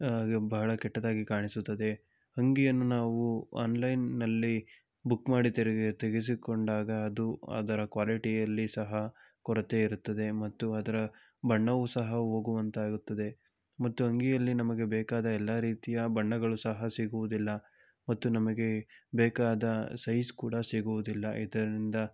ಬಹಳ ಕೆಟ್ಟದಾಗಿ ಕಾಣಿಸುತ್ತದೆ ಅಂಗಿಯನ್ನು ನಾವು ಆನ್ಲೈನ್ನಲ್ಲಿ ಬುಕ್ ಮಾಡಿ ತೆಗೆಸಿಕೊಂಡಾಗ ಅದು ಅದರ ಕ್ವಾಲಿಟಿಯಲ್ಲಿ ಸಹ ಕೊರತೆ ಇರುತ್ತದೆ ಮತ್ತು ಅದರ ಬಣ್ಣವೂ ಸಹ ಹೋಗುವಂತಾಗುತ್ತದೆ ಮತ್ತು ಅಂಗಿಯಲ್ಲಿ ನಮಗೆ ಬೇಕಾದ ಎಲ್ಲ ರೀತಿಯ ಬಣ್ಣಗಳು ಸಹ ಸಿಗುವುದಿಲ್ಲ ಮತ್ತು ನಮಗೆ ಬೇಕಾದ ಸೈಜ್ ಕೂಡ ಸಿಗುವುದಿಲ್ಲ ಇದರಿಂದ